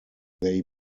they